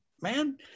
man